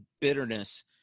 bitterness